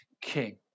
king